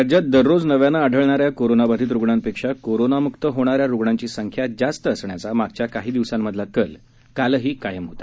राज्यात दररोज नव्यानं आढळणाऱ्या कोरोनाबाधित रुग्णांपेक्षा कोरोनामुक्त होणाऱ्या रुग्णांची संख्या जास्त असण्याचा मागच्या काही दिवसांमधला कल कालही कायम होता